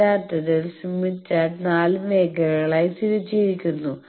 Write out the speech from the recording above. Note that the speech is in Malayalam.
യഥാർത്ഥത്തിൽ സ്മിത്ത് ചാർട്ട് നാല് മേഖലകളായി തിരിച്ചിരിക്കുന്നു